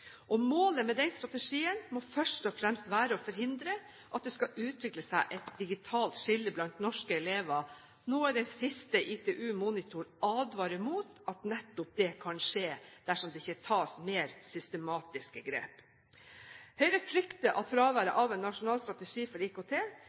Målet med den strategien må først og fremst være å forhindre at det skal utvikle seg et digitalt skille blant norske elever, noe av det ITU Monitor advarer mot nettopp kan skje dersom det ikke tas mer systematiske grep. Høyre frykter at fraværet